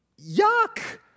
Yuck